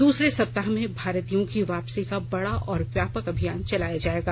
दूसरे सप्ताह में भारतीयों की वापसी का बड़ा और व्यापक अभियान चलाया जाएगा